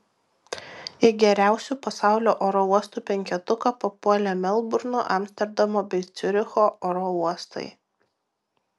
į geriausių pasaulio oro uostų penketuką papuolė melburno amsterdamo bei ciuricho oro uostai